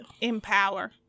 Empower